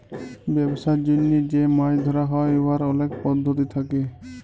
ব্যবসার জ্যনহে যে মাছ ধ্যরা হ্যয় উয়ার অলেক পদ্ধতি থ্যাকে